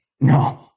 No